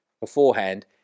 beforehand